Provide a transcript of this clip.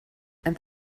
and